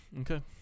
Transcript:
okay